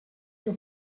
your